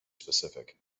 specific